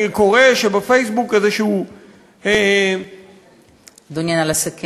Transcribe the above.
אני קורא שבפייסבוק, אדוני, נא לסכם.